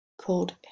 called